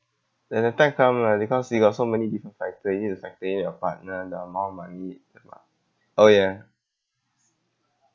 when the time come lah because it got so many different factor you need to sustain your partner the amount of money oh ya